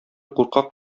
куркак